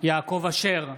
יעקב אשר,